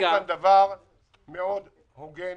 עשינו דבר מאוד הוגן